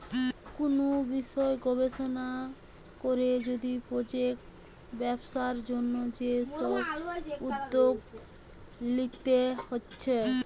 কুনু বিষয় গবেষণা কোরে যদি প্রজেক্ট ব্যবসার জন্যে যে সব উদ্যোগ লিতে হচ্ছে